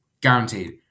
Guaranteed